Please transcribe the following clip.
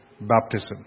baptism